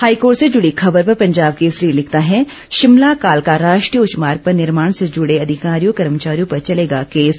high court से जुड़ी खबर पर पंजाब केसरी लिखता है शिमला कालका राष्ट्रीय उच्च मार्ग पर निर्माण से जुड़े अधिकारियों कर्मचारियों पर चलेगा केस